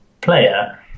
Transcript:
player